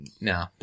No